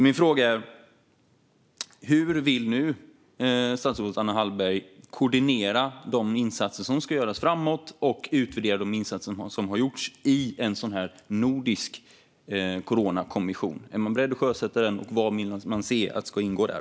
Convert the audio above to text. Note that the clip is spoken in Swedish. Min fråga är: Hur vill nu statsrådet Anna Hallberg koordinera de insatser som ska göras framåt, och vill man utvärdera de insatser som har gjorts i en nordisk coronakommission? Är man beredd att sjösätta en sådan, och vad vill man se ska ingå där?